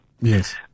Yes